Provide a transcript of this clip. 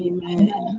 Amen